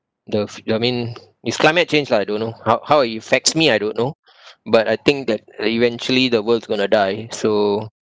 the f~ I mean it's climate change lah don't know how how it affects me I don't know but I think that eventually the world's gonna die so